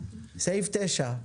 הסתייגות תשע.